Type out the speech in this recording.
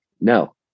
no